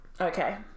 Okay